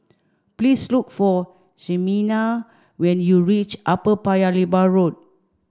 please look for Ximena when you reach Upper Paya Lebar Road